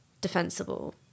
defensible